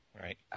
Right